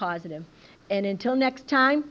positive and until next time